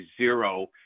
zero